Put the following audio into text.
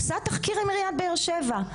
עושה תחקיר עם עיריית באר שבע,